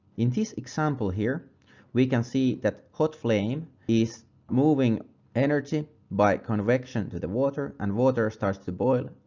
in this example here we can see that hot flame is moving energy by convection to the water and water ah starts to boil.